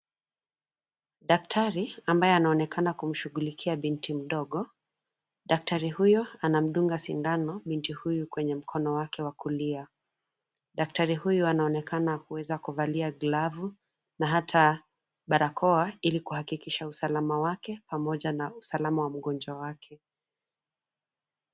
Daktari ambaye anaonekana kumshughulikia binti mdogo. Daktari huyo anamdunga sindano binti huyo kwenye mkono wake wa kulia. Daktari huyu anaonekana kuweza kuvalia glavu na hata barakoa ili kuhakikisha usalama wake pamoja na usalama wa mgonjwa wake.